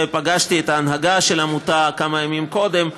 ופגשתי את ההנהגה של העמותה כמה ימים קודם,